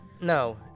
no